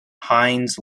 heinz